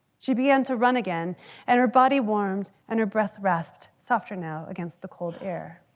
she began to run again and her body warmed and her breath rasped, softer now against the cold air.